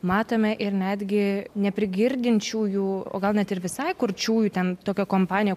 matome ir netgi neprigirdinčiųjų o gal net ir visai kurčiųjų ten tokia kompanija